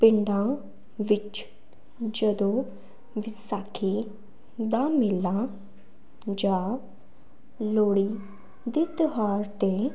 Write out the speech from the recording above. ਪਿੰਡਾਂ ਵਿੱਚ ਜਦੋਂ ਵਿਸਾਖੀ ਦਾ ਮੇਲਾ ਜਾ ਲੋਹੜੀ ਦੇ ਤਿਉਹਾਰ 'ਤੇ